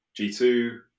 G2